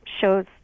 shows